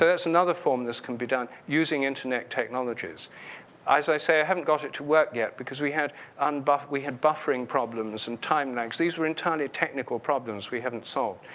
that's another form that's can be done using internet technologies. as i say, i haven't got it to work yet because we had un-buff we had buffering problems and time lags. these were entirely technical problems we haven't solved,